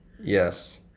Yes